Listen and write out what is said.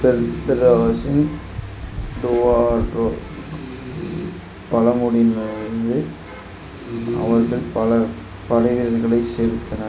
per பெர்ராஸின் டுவாரொ பழங்குடியின இருந்து அவர்கள் பல படைவீரர்களை சேர்த்தனர்